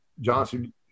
Johnson